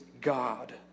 God